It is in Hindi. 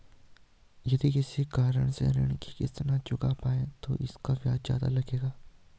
यदि किसी कारण से ऋण की किश्त न चुका पाये तो इसका ब्याज ज़्यादा लगेगा?